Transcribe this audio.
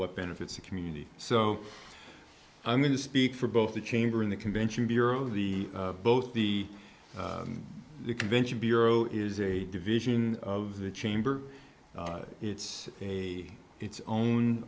what benefits the community so i'm going to speak for both the chamber in the convention bureau the both the convention bureau is a division of the chamber it's a it's own